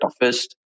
toughest